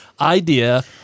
idea